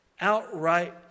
outright